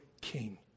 king